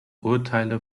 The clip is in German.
urteile